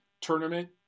tournament